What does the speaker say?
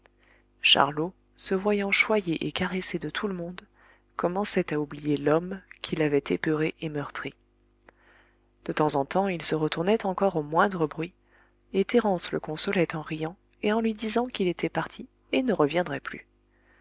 charlot se voyant choyé et caressé de tout le monde commençait à oublier l'homme qui l'avait épeuré et meurtri de temps en temps il se retournait encore au moindre bruit et thérence le consolait en riant et en lui disant qu'il était parti et ne reviendrait plus